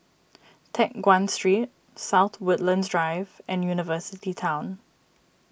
Teck Guan Street South Woodlands Drive and University Town